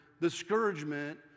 discouragement